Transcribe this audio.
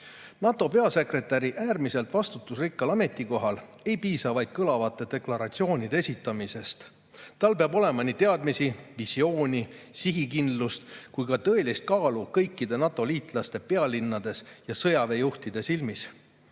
NATO peasekretäri äärmiselt vastutusrikkal ametikohal ei piisa vaid kõlavate deklaratsioonide esitamisest. Tal peab olema nii teadmisi, visiooni, sihikindlust kui ka tõelist kaalu kõikide NATO-liitlaste pealinnades ja sõjaväejuhtide silmis. Neil